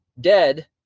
dead